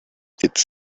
its